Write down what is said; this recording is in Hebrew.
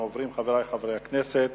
חברי חברי הכנסת,